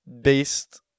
based